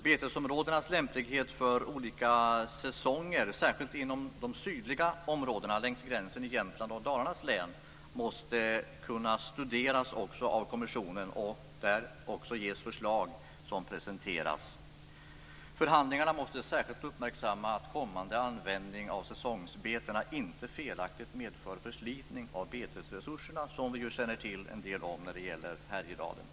Betesområdenas lämplighet för olika säsonger, särskilt inom de sydliga områdena längs gränsen i Jämtlands och Dalarnas län, måste kunna studeras av kommissionen och förslag därvid presenteras. I förhandlingarna måste särskilt uppmärksammas att kommande användning av säsongsbetena inte felaktigt medför förslitning av betesresurserna, något som vi känner till förekommer i Härjedalen.